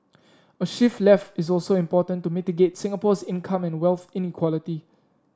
a shift left is also important to mitigate Singapore's income and wealth inequality